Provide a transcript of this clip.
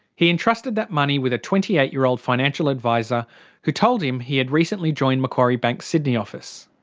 he entrusted that money with a twenty eight year old financial adviser who told him he had recently joined macquarie bank's sydney office.